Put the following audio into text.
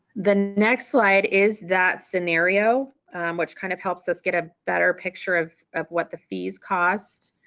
the next slide is that scenario which kind of helps us get a better picture of of what the fees cost.